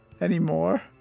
anymore